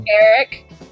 Eric